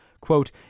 Quote